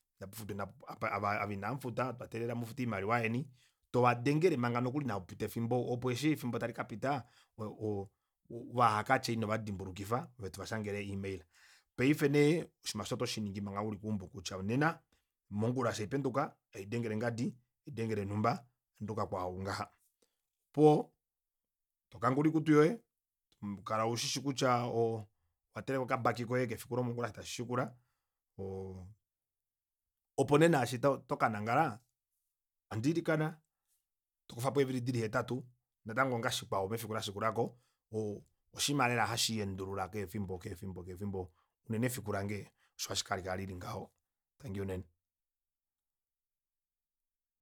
Tapufutwa ina ava inamufuta otwa teelela mufute oimaliwa yeni tovadengele manga nokuli ina pupita efimbo opo eshi efimbo tali kapita o- o vahakatye inovadimbulukifa ove tova shangele ee email paife nee oshinima aasho oto shiningi manga uli keumbo kutya nena mongula eshi haipenduka ohaidengele ngadi ohaidengele numba onda yuka kwau ngaha opuwo tokangula oikutu yoye kala ushishi kutya owateleka okabaki koye kefiku lomongula eshi tashi shikula oo opo nee naashi to tokanangala handi likana tokofapo eevili dili hetatu natango onga shikwao mefiku lashikulako o oshiima lela hashi leendulula keefimbo keefimbo keefimbo unene efiku lange osho ashike halikala lili ngaho tangi unene